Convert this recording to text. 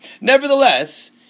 Nevertheless